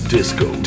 Disco